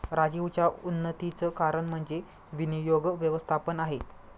राजीवच्या उन्नतीचं कारण म्हणजे विनियोग व्यवस्थापन आहे